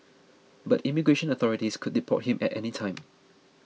but immigration authorities could deport him at any time